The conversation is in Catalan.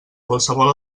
qualsevol